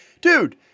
dude